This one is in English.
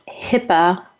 HIPAA